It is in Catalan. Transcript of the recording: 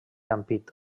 ampit